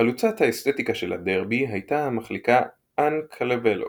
חלוצת האסתטיקה של הדרבי הייתה המחליקה אן קלבלו,